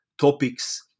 topics